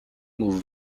move